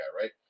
right